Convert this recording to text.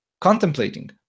contemplating